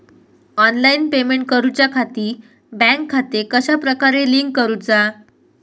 Online payment करुच्याखाती bank खाते कश्या प्रकारे लिंक करुचा?